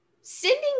sending